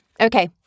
Okay